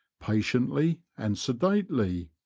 patiently and sedately.